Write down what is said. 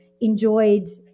enjoyed